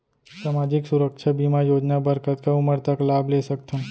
सामाजिक सुरक्षा बीमा योजना बर कतका उमर तक लाभ ले सकथन?